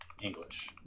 english